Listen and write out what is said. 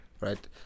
Right